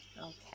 Okay